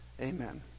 Amen